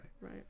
Right